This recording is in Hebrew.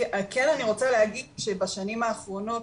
אני רוצה להגיד שבשנים האחרונות,